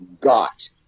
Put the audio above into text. got